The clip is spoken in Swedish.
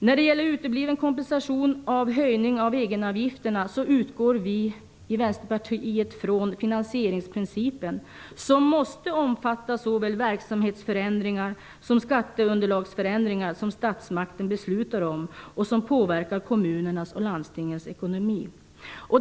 När det gäller utebliven kompensation för höjning av egenavgifterna utgår vi i Vänsterpartiet från finansieringsprincipen som måste omfatta såväl verksamhetsförändringar som skatteunderlagsförändringar som statsmakten beslutar om och som påverkar kommunernas och landstingens ekonomi.